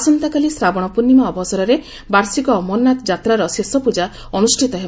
ଆସନ୍ତାକାଲି ଶ୍ରାବଣ ପ୍ରର୍ଷିମା ଅବସରରେ ବାର୍ଷିକ ଅମରନାଥ ଯାତ୍ରାର ଶେଷ ପୂଜା ଅନୁଷ୍ଠିତ ହେବ